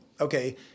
okay